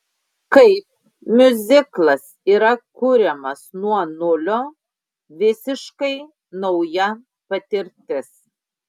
kaip miuziklas yra kuriamas nuo nulio visiškai nauja patirtis